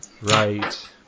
Right